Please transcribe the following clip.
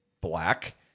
black